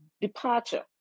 departure